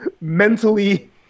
mentally